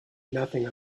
nothing